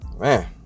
Man